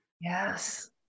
Yes